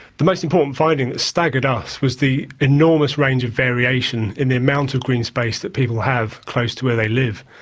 the most important finding that staggered us was the enormous range of variation in the amount of green space that people have close to where they live.